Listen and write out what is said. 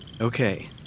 Okay